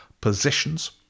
positions